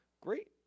great